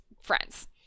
friends